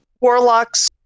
warlocks